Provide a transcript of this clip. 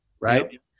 right